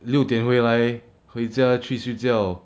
六点回来回家去睡觉